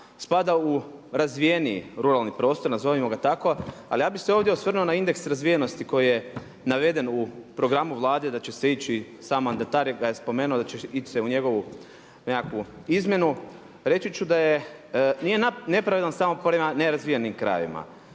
spada u razvijeniji ruralni prostor, nazovimo ga tako, ali ja bih se ovdje osvrnuo na indeks razvijenosti koji je naveden u programu Vlade da će se ići, sam mandatar ga je spomenuo da će se ići u njegovu nekakvu izmjenu. Reći ću da nije nepravedan … krajevima, nepravedan je